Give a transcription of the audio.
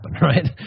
right